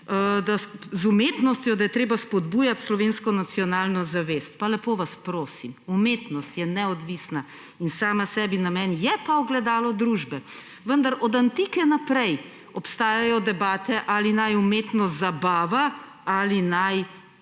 z umetnostjo treba spodbujati slovensko nacionalno zavest – pa lepo vas prosim. Umetnost je neodvisna in sama sebi namen, je pa ogledalo družbe. Vendar od antike naprej obstajajo debate, ali naj umetnost zabava ali naj